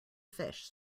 fish